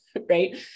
right